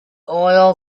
oil